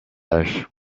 ash